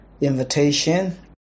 invitation